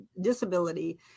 disability